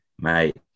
Mate